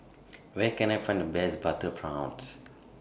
Where Can I Find The Best Butter Prawns